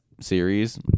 series